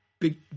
big